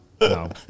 No